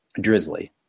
drizzly